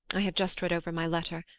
i have just read over my letter,